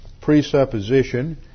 presupposition